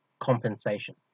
compensation